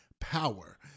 power